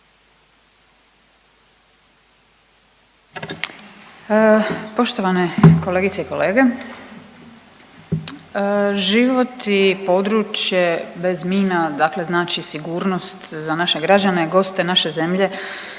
Poštovane kolegice i kolege, život i područje bez mina, dakle znači sigurnost za naše građane i goste naše zemlje,